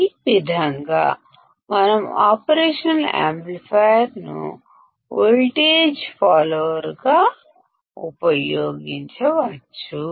ఈ విధంగా మనం ఆపరేషనల్ యాంప్లిఫైయర్ను వోల్టేజ్ ఫాలోయర్ గా ఉపయోగించవచ్చు